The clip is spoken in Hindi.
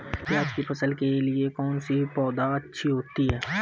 प्याज़ की फसल के लिए कौनसी पौद अच्छी होती है?